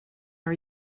are